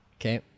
Okay